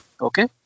Okay